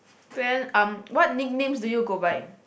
then um what nicknames do you go by